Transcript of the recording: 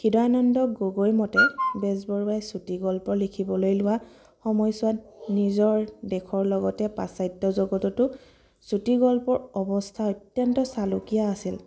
হৃদয়ানন্দ গগৈ মতে বেজবৰুৱাই চুটিগল্প লিখিবলৈ লোৱা সময়ছোৱাত নিজৰ দেশৰ লগতে পাশ্চাত্য জগততো চুটিগল্পৰ অৱস্থা অত্যন্ত চালুকীয়া আছিল